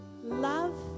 love